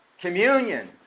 communion